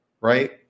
right